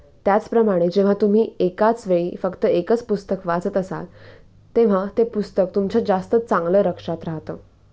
त्याचप्रमाणे जेव्हा तुम्ही एकाच वेळी फक्त एकच पुस्तक वाचत असाल तेव्हा ते पुस्तक तुमच्या जास्त चांगलं लक्षात राहतं